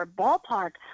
ballpark